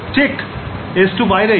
ঠিক s2 বাইরেই